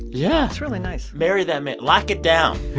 yeah it's really nice marry that man. lock it down.